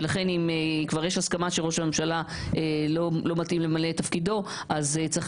ולכן אם כבר יש הסכמה שראש הממשלה לא מתאים למלא את תפקידו אז צריך